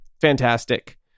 fantastic